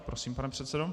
Prosím, pane předsedo.